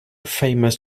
famous